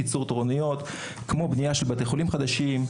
קיצור תורניות, בניית בתי חולים חדשים.